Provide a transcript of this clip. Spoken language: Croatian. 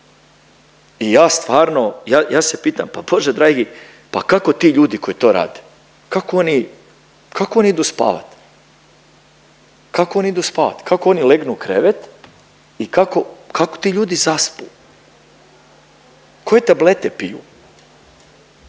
I ja stvarno, ja se pitam pa bože dragi pa kako ti ljudi koji to rade kako oni idu spavati? Kako oni legnu u krevet i kako ti ljudi zaspu? Koje tablete piju?